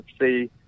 see